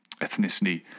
ethnicity